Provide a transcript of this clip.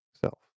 self